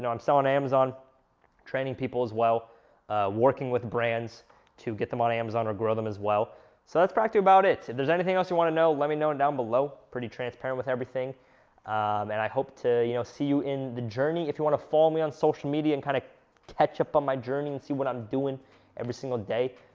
on so on amazon training people as well working with brands to get them on amazon or grow them as well so that's practically about it if there's anything else you wanna know, let me know and down below pretty transparent with everything and i hope to, you know, see you in the journey if you wanna follow me on social media and kinda kind of catch up on my journey and see what i'm doing every single day